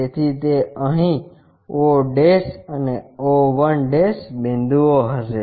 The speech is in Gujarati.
તેથી તે અહીં o અને o 1 બિંદુઓ હશે